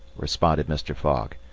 responded mr. fogg.